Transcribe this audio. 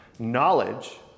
Knowledge